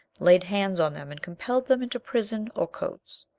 laid hands on them and compelled them into prison or coats.